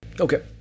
okay